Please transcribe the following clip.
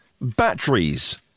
batteries